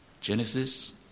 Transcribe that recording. Genesis